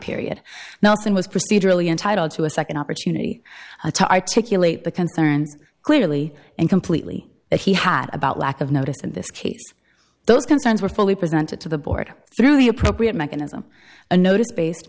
period nothing was procedurally entitled to a nd opportunity to articulate the concerns clearly and completely that he had about lack of notice in this case those concerns were fully presented to the board through the appropriate mechanism a notice based